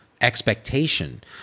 expectation